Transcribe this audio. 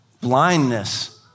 blindness